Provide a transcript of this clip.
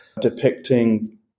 depicting